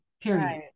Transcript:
period